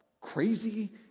crazy